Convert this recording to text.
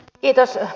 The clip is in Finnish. puhemies